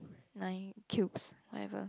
nine cubes whatever